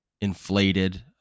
inflated